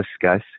discuss